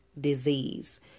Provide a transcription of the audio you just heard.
disease